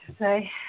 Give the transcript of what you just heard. say